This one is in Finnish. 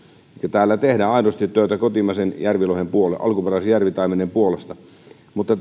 täällä tehdään aidosti töitä kotimaisen alkuperäisen järvitaimenen puolesta mutta